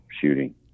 shooting